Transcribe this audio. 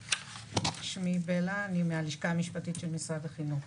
שמי בלה, אני מהלשכה המשפטית של משרד החינוך.